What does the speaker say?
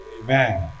Amen